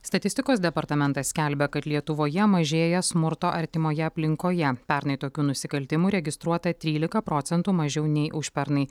statistikos departamentas skelbia kad lietuvoje mažėja smurto artimoje aplinkoje pernai tokių nusikaltimų registruota trylika procentų mažiau nei užpernai